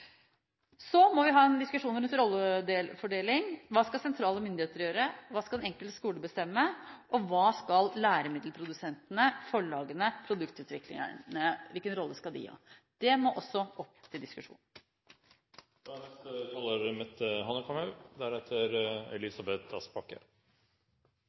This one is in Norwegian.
Så må vi ha en diskusjon rundt rollefordeling. Hva skal sentrale myndigheter gjøre, hva skal den enkelte skole bestemme, og hvilken rolle skal læremiddelprodusentene, forlagene, produktutviklerne ha? Det må også opp til diskusjon. Først av alt ønsker jeg å takke representanten Yrvin for å velge å ta opp dette temaet i Stortinget. Digital kompetanse er